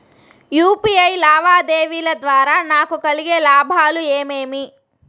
UPI లావాదేవీల ద్వారా నాకు కలిగే లాభాలు ఏమేమీ?